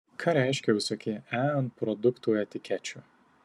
ką reiškia visokie e ant produktų etikečių